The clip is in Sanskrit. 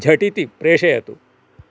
झटिति प्रेषयतु